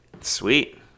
sweet